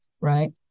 right